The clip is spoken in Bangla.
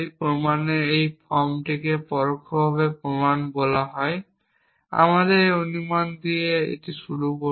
প্রমাণের এই ফর্মটিকে পরোক্ষ প্রমাণ বলা হয় যেখানে আপনি একটি অনুমান দিয়ে শুরু করেন